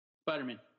spider-man